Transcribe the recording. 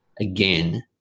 again